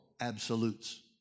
absolutes